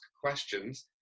questions